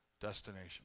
destination